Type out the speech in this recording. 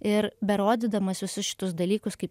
ir berodydamas visus šitus dalykus kaip